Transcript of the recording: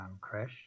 crash